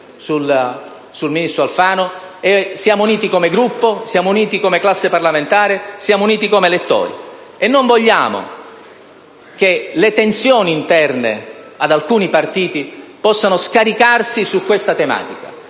sul ministro Alfano, come Gruppo, come classe parlamentare e come elettori. E non vogliamo che le tensioni interne ad alcuni partiti possano scaricarsi su questa tematica.